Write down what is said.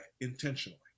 intentionally